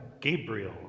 Gabriel